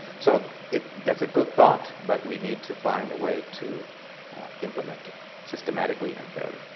so it that's a good thought but we need to find a way to implement it systematically and fairly.